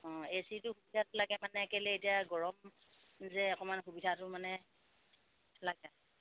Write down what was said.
অঁ এ চিটো সুবিধাটো লাগে মানে কেলে এতিয়া গৰম যে অকমান সুবিধাটো মানে লাগে